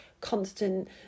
constant